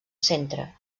centre